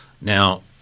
Now